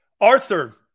Arthur